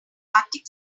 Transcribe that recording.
arctic